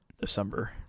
December